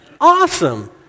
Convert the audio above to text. awesome